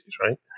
right